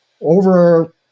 over